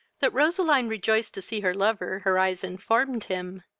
that roseline rejoiced to see her lover her eyes informed him,